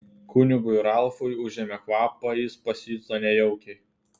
kunigui ralfui užėmė kvapą jis pasijuto nejaukiai